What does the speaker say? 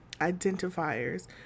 identifiers